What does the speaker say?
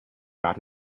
got